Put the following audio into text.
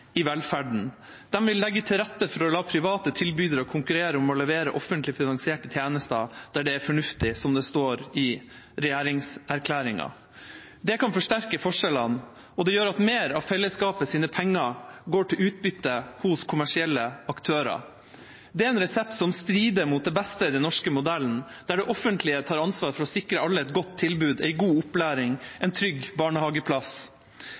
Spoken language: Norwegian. i velferden. De vil «legge til rette for å la private tilbydere konkurrere om å levere offentlig finansierte tjenester der det er fornuftig», som det står i regjeringsplattformen. Det kan forsterke forskjellene, og det gjør at mer av fellesskapets penger går til utbytte hos kommersielle aktører. Det er en resept som strider mot det beste i den norske modellen, der det offentlige tar ansvar for å sikre alle et godt tilbud, en god opplæring og en trygg barnehageplass.